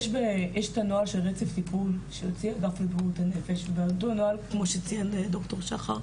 יש את הנוהל של רצף טיפול, כמו שציין ד"ר שחר.